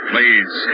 Please